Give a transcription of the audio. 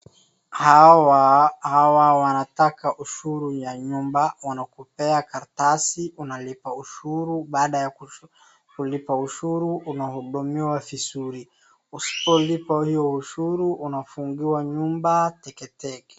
Hawa wanataka ushuru ya nyumba, wanakupea karatasi unalipa ushuru baada ya kulipa ushuru unahudumiwa vizuri. Usipolipa hiyo ushuru unafungiwa nyumba teketeke.